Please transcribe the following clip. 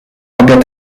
obiad